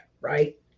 right